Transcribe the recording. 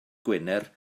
gwener